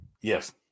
Yes